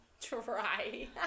Try